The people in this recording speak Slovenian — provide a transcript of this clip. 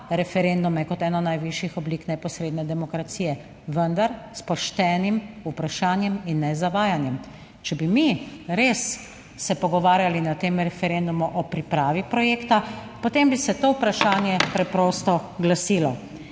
referendume kot eno najvišjih oblik neposredne demokracije, vendar s poštenim vprašanjem in ne z zavajanjem. Če bi mi res se pogovarjali na tem referendumu o pripravi projekta, potem bi se to vprašanje preprosto glasilo